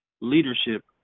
leadership